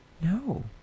No